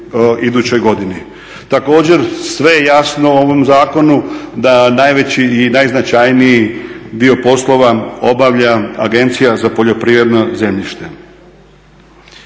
Također, sve jasno u ovom zakonu da najveći i najznačajniji dio poslova obavlja Agencija za poljoprivredno zemljište.